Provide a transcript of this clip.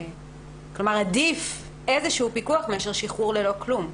כלומר, עדיף איזשהו פיקוח מאשר שחרור ללא כלום.